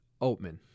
Oatman